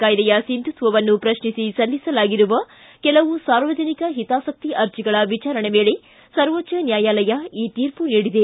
ಕಾಯ್ದೆಯ ಸಿಂಧುತ್ತವನ್ನು ಪ್ರಶ್ನಿಸಿ ಸಲ್ಲಿಸಲಾಗಿರುವ ಕೆಲವು ಸಾರ್ವಜನಿಕ ಹಿತಾಸಕ್ತಿ ಅರ್ಜಿಗಳ ವಿಚಾರಣೆ ವೇಳೆ ಸರ್ವೋಜ್ಲ ನ್ಯಾಯಾಲಯ ಈ ತೀರ್ಮ ನೀಡಿದೆ